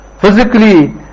Physically